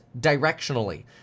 directionally